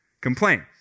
complain